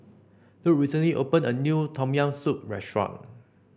Luc recently opened a new Tom Yam Soup restaurant